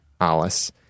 Alice